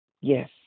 Yes